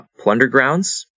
plundergrounds